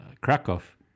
Krakow